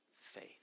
faith